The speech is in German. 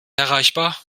erreichbar